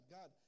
God